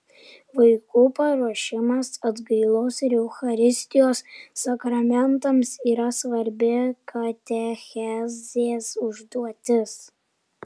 vaikų paruošimas atgailos ir eucharistijos sakramentams yra svarbi katechezės užduotis